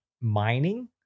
mining